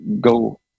go